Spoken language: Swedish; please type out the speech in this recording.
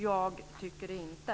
Jag tycker det inte.